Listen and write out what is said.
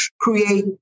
create